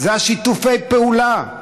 אלו שיתופי הפעולה.